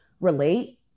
relate